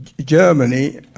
Germany